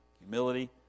Humility